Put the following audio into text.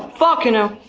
but you know